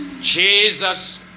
jesus